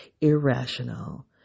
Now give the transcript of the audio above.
irrational